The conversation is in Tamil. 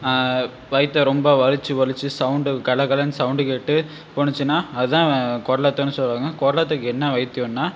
வயிற்ற ரொம்ப வலித்து வலித்து சவுண்டு கலகலன்னு சவுண்டு கேட்டு போணுச்சின்னா அதுதான் குடலேத்தம்னு சொல்லுவாங்க குடலேத்ததுக்கு என்ன வைத்தியன்னா